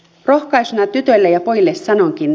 rohkaisuna tytöille ja pojille sanonkin